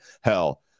Hell